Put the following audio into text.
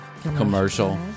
commercial